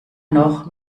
noch